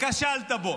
וכשלת בו?